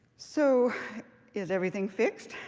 so is everything fixed?